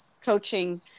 coaching